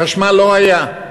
חשמל לא היה.